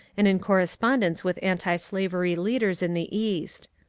and in correspondence with anti slavery leaders in the east.